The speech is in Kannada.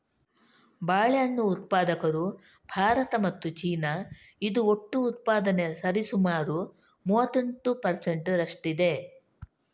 ಬಾಳೆಹಣ್ಣು ಉತ್ಪಾದಕರು ಭಾರತ ಮತ್ತು ಚೀನಾ, ಇದು ಒಟ್ಟು ಉತ್ಪಾದನೆಯ ಸರಿಸುಮಾರು ಮೂವತ್ತೆಂಟು ಪರ್ ಸೆಂಟ್ ರಷ್ಟಿದೆ